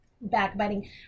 backbiting